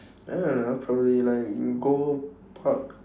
I don't know probably like you go ~pak